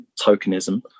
tokenism